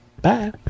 Bye